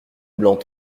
blanc